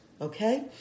Okay